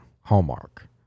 Hallmark